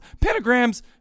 pentagrams